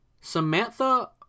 Samantha